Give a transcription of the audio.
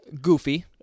goofy